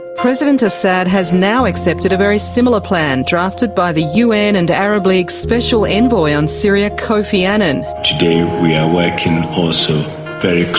president assad has now accepted a very similar plan, drafted by the un and arab league's special envoy on syria, kofi annan. today we are working also very